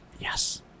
yes